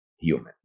human